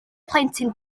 plentyn